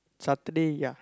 Saturday ya